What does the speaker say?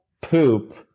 poop